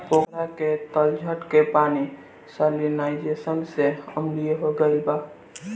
पोखरा के तलछट के पानी सैलिनाइज़ेशन से अम्लीय हो गईल बा